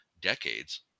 decades